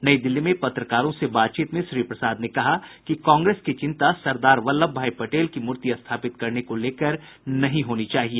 नई दिल्ली में पत्रकारों से बातचीत में श्री प्रसाद ने कहा कि कांग्रेस की चिंता सरदार वल्लभ भाई पटेल की मूर्ति स्थापित करने को लेकर नहीं होनी चाहिए